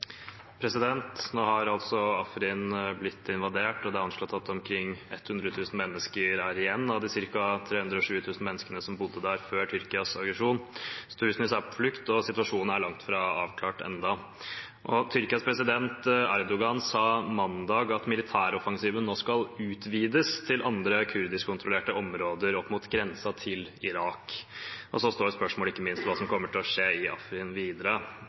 Nå har Afrin blitt invadert, og det er anslått at omkring 100 000 mennesker er igjen av de ca. 320 000 menneskene som bodde der før Tyrkias aggresjon. Tusenvis er på flukt, og situasjonen er langt fra avklart enda. Tyrkias president Erdogan sa mandag at militæroffensiven nå skal utvides til andre kurdiskkontrollerte områder mot grensen til Irak. Så er spørsmålet ikke minst hva som kommer til å skje i Afrin videre.